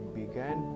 began